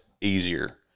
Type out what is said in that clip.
easier